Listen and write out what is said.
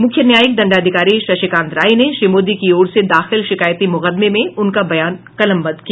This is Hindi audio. मुख्य न्यायिक दंडाधिकारी शशिकांत राय ने श्री मोदी की ओर से दाखिल शिकायती मुकदमे में उनका बयान कलमबंद किया